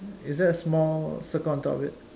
is there a small circle on top of it